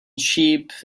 sheep